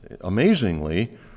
Amazingly